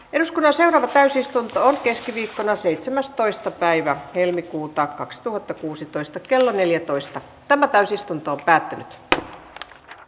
edes osan täysistuntoon keskiviikkona seitsemästoista päivä helmikuuta kaksituhattakuusitoista kello neljätoista täysistunto päättynyt b